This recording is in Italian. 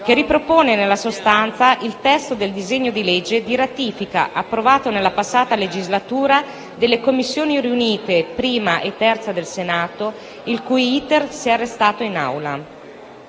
che ripropone, nella sostanza, il testo del disegno di legge di ratifica approvato nella passata legislatura dalle Commissioni riunite 1a e 3a del Senato, il cui *iter* si è arrestato in Aula.